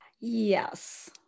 Yes